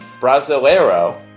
Brasileiro